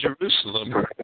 Jerusalem